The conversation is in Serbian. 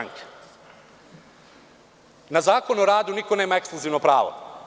Na Zakon na radu niko nema ekskluzivno pravo.